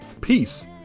peace